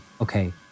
Okay